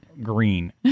green